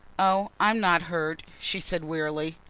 oh, i'm not hurt, she said wearily,